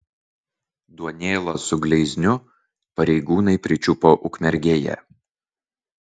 duonėlą su gleizniu pareigūnai pričiupo ukmergėje